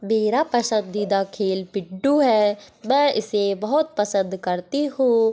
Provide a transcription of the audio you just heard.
मेरा पसंदीदा खेल पिट्ठू है मैं इसे बहुत पसंद करती हूँ